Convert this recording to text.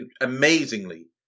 amazingly